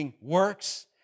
works